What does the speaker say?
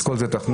את כל זה תכניס.